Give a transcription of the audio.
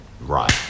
right